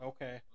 Okay